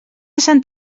sant